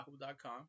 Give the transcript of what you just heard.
yahoo.com